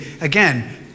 again